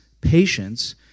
patience